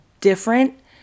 different